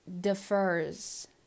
differs